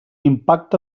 impacte